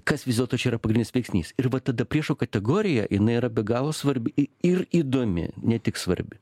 kas vis dėlto čia yra pagrindinis veiksnys ir va tada priešo kategorija jinai yra be galo svarbi i ir įdomi ne tik svarbi